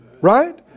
Right